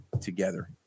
together